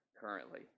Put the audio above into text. currently